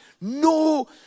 no